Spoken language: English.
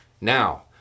Now